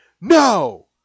No